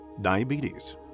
Diabetes